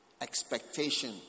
expectation